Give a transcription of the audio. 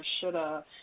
shoulda